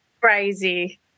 Crazy